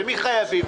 מי החייבים?